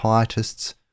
pietists